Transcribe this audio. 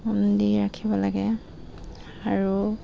উম দি ৰাখিব লাগে আৰু